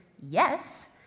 yes